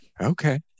Okay